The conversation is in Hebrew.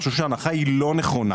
אני חושב שההנחה היא לא נכונה.